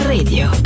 Radio